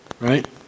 right